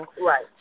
right